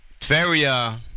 Tveria